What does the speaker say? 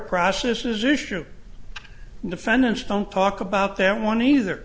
process is issue defendants don't talk about their want either